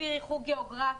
לפי ריחוק גיאוגרפי,